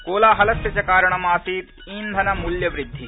कोलाहलस्य च कारणम् आसीत् ईंधनमूल्यवृद्धि